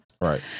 right